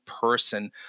person